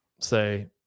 say